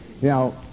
Now